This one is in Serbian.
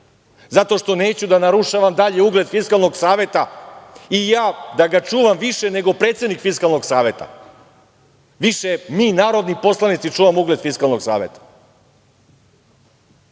zato što neću da narušavam dalje ugled Fiskalnog saveta i ja da ga čuvam više nego predsednik Fiskalnog saveta. Više mi narodni poslanici čuvamo ugled Fiskalnog